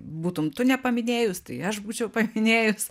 būtum tu nepaminėjus tai aš būčiau paminėjus